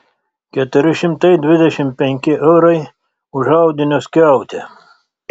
keturi šimtai dvidešimt penki eurai už audinio skiautę